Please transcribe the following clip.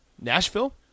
Nashville